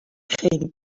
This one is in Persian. خیلی